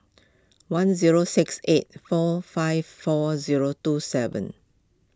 one zero six eight four five four zero two seven